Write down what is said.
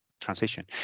transition